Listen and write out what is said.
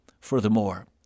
Furthermore